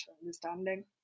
understanding